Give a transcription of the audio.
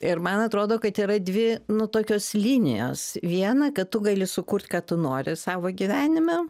ir man atrodo kad yra dvi nu tokios linijos viena kad tu gali sukurt ką tu nori savo gyvenime